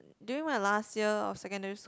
during my last year of secondary school